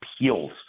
Appeals